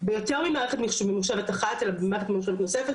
ביותר ממערכת ממוחשבת אחת אלא במערכת ממוחשבת נוספת,